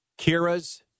Kira's